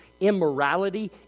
immorality